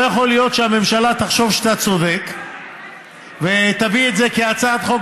או יכול להיות שהממשלה תחשוב שאתה צודק ותביא את זה כהצעת חוק